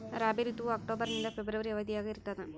ರಾಬಿ ಋತುವು ಅಕ್ಟೋಬರ್ ನಿಂದ ಫೆಬ್ರವರಿ ಅವಧಿಯಾಗ ಇರ್ತದ